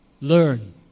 Learn